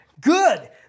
Good